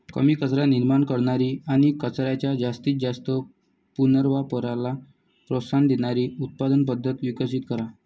कमी कचरा निर्माण करणारी आणि कचऱ्याच्या जास्तीत जास्त पुनर्वापराला प्रोत्साहन देणारी उत्पादन पद्धत विकसित करा